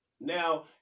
Now